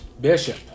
Bishop